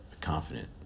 confident